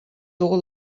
all